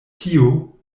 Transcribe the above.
tio